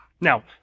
Now